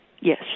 Yes